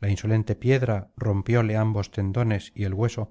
enola insolente piedra rompióle ambos tendones y el hueso